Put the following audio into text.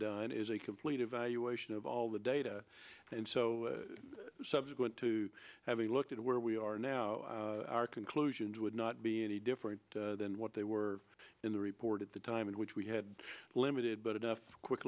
done is a complete evaluation of all the data and so subsequent to have a look at where we are now our conclusions would not be any different than what they were in the report at the time in which we had limited but enough quick